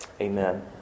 amen